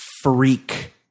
freak